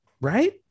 Right